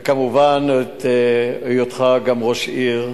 וכמובן, גם את היותך ראש עיר,